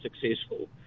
successful